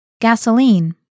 Gasoline